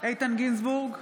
איתן גינזבורג,